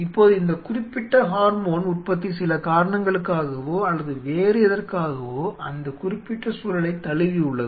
இப்போது இந்த குறிப்பிட்ட ஹார்மோன் உற்பத்தி சில காரணங்களுக்காகவோ அல்லது வேறு எதற்காகவோ அந்த குறிப்பிட்ட சூழலைத் தழுவி உள்ளது